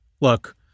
look